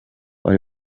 ari